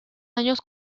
años